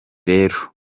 rero